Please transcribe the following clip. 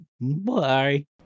Bye